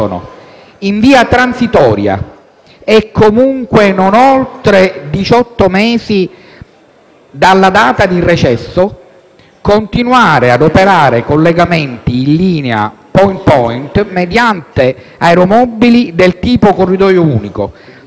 e comunque non oltre 18 mesi dalla data di recesso, continuare ad operare collegamenti di linea ''*point to point*'', mediante aeromobili del tipo ''*narrow body*'' (corridoio unico), tra lo scalo di Milano Linate